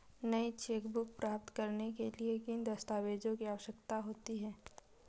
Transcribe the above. नई चेकबुक प्राप्त करने के लिए किन दस्तावेज़ों की आवश्यकता होती है?